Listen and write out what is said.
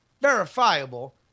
verifiable